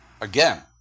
Again